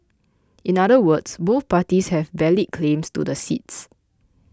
in other words both parties have valid claims to the seats